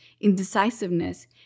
indecisiveness